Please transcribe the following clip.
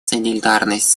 солидарность